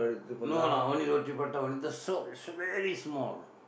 no lah only roti-prata only the shop is very small